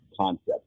concept